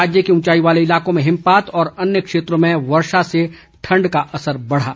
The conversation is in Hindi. राज्य के ऊंचाई वाले इलाकों में हिमापात व अन्य क्षेत्रों में वर्षा से ठण्ड का असर बढ़ा